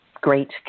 great